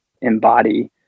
embody